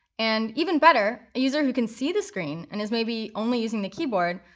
and even better, a user who can see the screen and is may be only using the keyboard